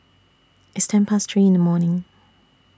its ten Past three in The morning